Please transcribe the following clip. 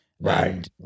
Right